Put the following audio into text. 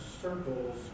circles